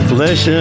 Flesh